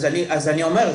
אז אני אומר,